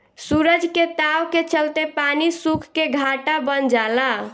सूरज के ताव के चलते पानी सुख के घाटा बन जाला